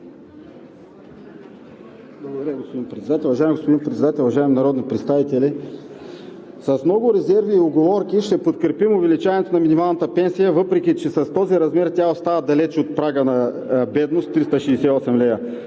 Уважаеми господин Председател, уважаеми народни представители! С много резерви и уговорки ще подкрепим увеличаването на минималната пенсия, въпреки че с този размер тя остава далече от прага на бедност – 368 лв.